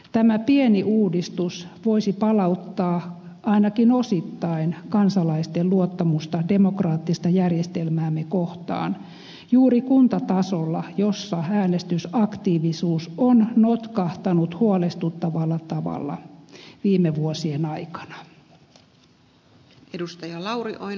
tämä pieni uudistus voisi palauttaa ainakin osittain kansalaisten luottamusta demokraattista järjestelmäämme kohtaan juuri kuntatasolla missä äänestysaktiivisuus on notkahtanut huolestuttavalla tavalla viime vuosien aikana